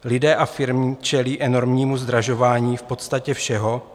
Lidé a firmy čelí enormnímu zdražování v podstatě všeho.